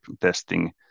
testing